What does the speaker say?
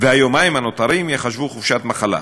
והיומיים הנותרים ייחשבו חופשת מחלה.